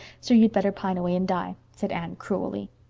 so you'd better pine away and die, said anne cruelly.